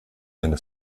eine